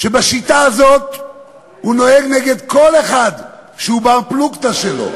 שבשיטה הזאת הוא נוהג נגד כל אחד שהוא בר-פלוגתא שלו?